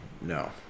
no